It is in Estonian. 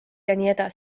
jne